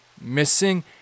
missing